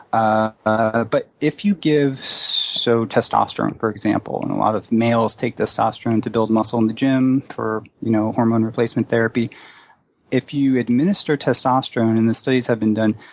ah ah but if you give so testosterone, for example, and a lot of males take testosterone to build muscle in the gym for you know hormone replacement therapy if you administer testosterone, and the studies have been done,